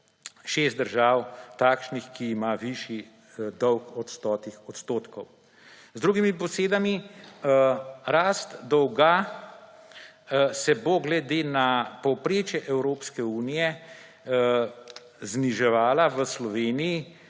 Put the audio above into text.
šest držav takšnih, ki ima višji dolg od 100 odstotkov. Z drugimi besedami, rast dolga se bo glede na povprečje Evropske unije zniževala v Sloveniji